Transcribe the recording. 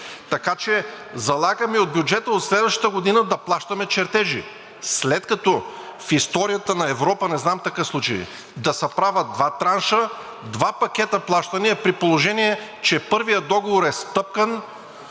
Така че залагаме от бюджета от следващата година да плащаме чертежи, след като в историята на Европа не знам такъв случай, да се правят два транша, два пакета плащания, при положение че първият договор е стъпкан,